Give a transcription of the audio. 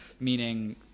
meaning